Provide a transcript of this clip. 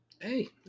Hey